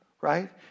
Right